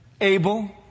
Abel